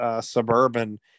suburban